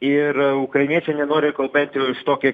ir ukrainiečiai nenori kol bent jau tokia